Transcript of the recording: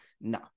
No